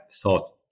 thought